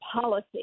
policy